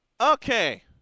Okay